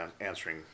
answering